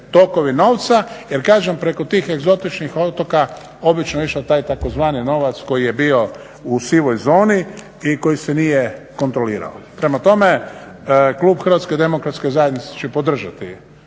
tokovi novca. Jer kažem preko tih egzotičnih otoka obično je išao taj tzv. novac koji je bio u sivoj zoni i koji se nije kontrolirao. Prema tome, klub Hrvatske demokratske zajednice će podržati ova